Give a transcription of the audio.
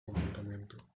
comportamiento